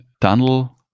tunnel